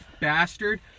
bastard